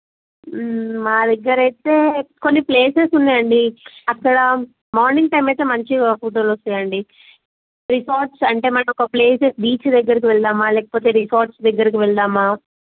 మా దగ్గర అయితే కొన్ని ప్లేసెస్ ఉన్నాయండి అక్కడ మార్నింగ్ టైం అయితే మంచిగా ఫోటోలొస్తాయండి రిసార్ట్స్ అంటే మనం ఒక ప్లేస్ బీచ్ దగ్గరకి వెళ్దామా లేకపోతే రిసార్ట్స్ దగ్గరకి వెళ్దామా